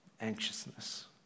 anxiousness